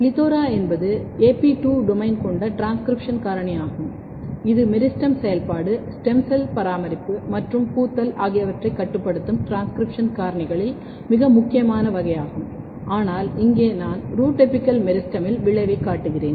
PLETHORA என்பது AP2 domain கொண்ட transcription காரணி ஆகும் இது மெரிஸ்டெம் செயல்பாடு ஸ்டெம் செல் பராமரிப்பு மற்றும் பூத்தல் ஆகியவற்றைக் கட்டுப்படுத்தும் டிரான்ஸ்கிரிப்ஷன் காரணிகளில் மிக முக்கியமான வகையாகும் ஆனால் இங்கே நான் ரூட் அப்பிக்கல் மெரிஸ்டெமில் விளைவைக் காட்டுகிறேன்